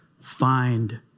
find